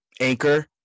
Anchor